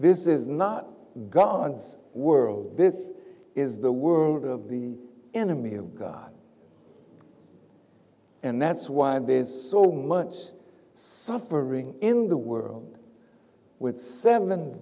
this is not god's world this is the world of the enemy of god and that's why there's so much suffering in the world with seven